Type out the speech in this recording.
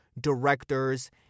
directors